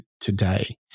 today